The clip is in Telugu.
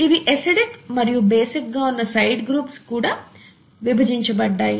ఇవి అసిడిక్ మరియు బేసిక్ గా ఉన్న సైడ్ గ్రూప్స్ గా కూడా విభజించబడ్డాయి